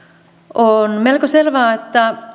on melko selvää